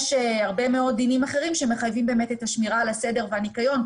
יש הרבה מאוד דינים אחרים שמחייבים באמת את השמירה על הסדר והניקיון,